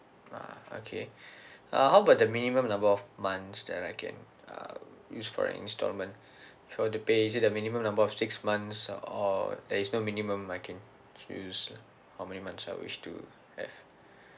ah okay uh how about the minimum number of months that I can uh use for an instalment for to pay is there a minimum number of six months or there is no minimum I can choose how many months I wish to have